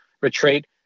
retreat